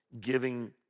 giving